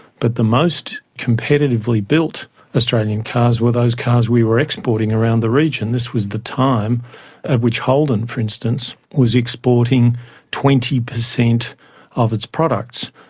but the most competitively built australian cars were those cars we were exporting around the region. this was the time at which holden, for instance, was exporting twenty percent of its products.